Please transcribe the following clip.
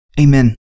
Amen